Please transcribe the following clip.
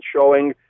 showing